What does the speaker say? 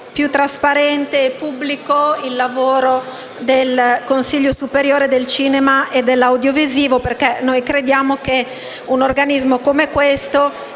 più trasparente e pubblico il lavoro del Consiglio superiore del cinema e dell'audiovisivo. Crediamo infatti che un organismo come questo